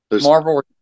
Marvel